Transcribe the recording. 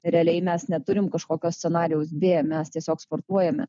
realiai mes neturim kažkokio scenarijaus b mes tiesiog sportuojame